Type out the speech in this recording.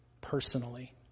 personally